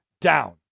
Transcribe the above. down